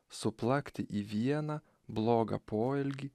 suplakti į vieną blogą poelgį